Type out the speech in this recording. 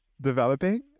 developing